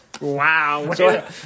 wow